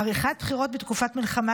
עריכת בחירות בתקופת מלחמה,